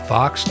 Fox